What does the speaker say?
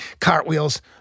cartwheels